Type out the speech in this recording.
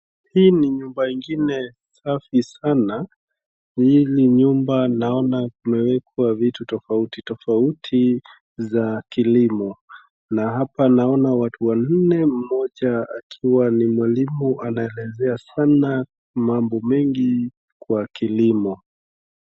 Hii ni nyumba ingine safi sana, hili nyumba naona kumewekwa vitu tofauti tofauti za kilimo na hapa naona watu wanne mmoja akiwa ni mwalimu anaelezea sana mambo mingi kwa kilimo.